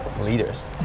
leaders